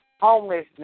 homelessness